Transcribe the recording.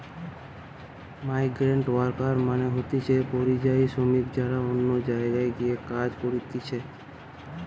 migrant worker মানে হতিছে পরিযায়ী শ্রমিক যারা অন্য জায়গায় গিয়ে কাজ করতিছে